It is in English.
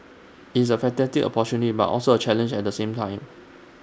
it's A fantastic opportunity but also A challenge at the same time